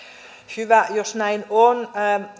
hyvä jos näin on